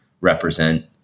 represent